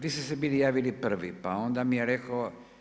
Vi ste se bili javili prvi, pa onda mi je rekao.